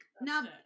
Now